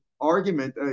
argument